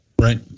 Right